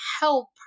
help